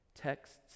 texts